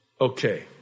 Okay